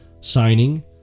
signing